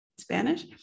Spanish